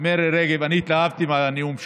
מירי רגב, אני התלהבתי מהנאום שלך.